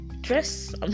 dress